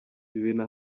ibintu